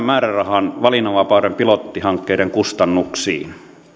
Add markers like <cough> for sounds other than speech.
<unintelligible> määrärahan valinnanvapauden pilottihankkeiden kustannuksiin